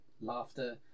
laughter